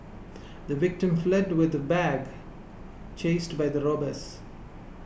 the victim fled with the bag chased by the robbers